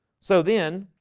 so then